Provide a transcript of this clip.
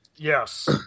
Yes